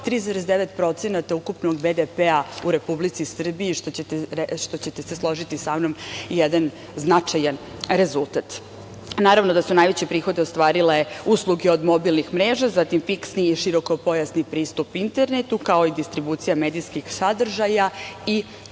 3,9% ukupnog BDP-a u Republici Srbiji, što ćete se složiti sa mnom, jedan značajan rezultat. Naravno da su najveće prihode ostvarile usluge od mobilnih mreža, zatim, fiksni i širokopojasni pristup internetu, kao i distribucija medijskih sadržaja i